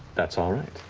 that's all right.